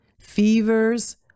fevers